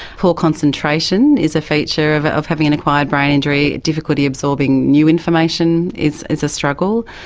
poor concentration is a feature of of having an acquired brain injury, difficulty absorbing new information is is a struggle,